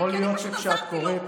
כי אני פשוט עזרתי לו,